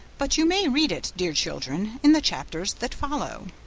but you may read it, dear children, in the chapters that follow.